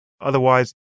Otherwise